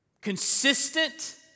consistent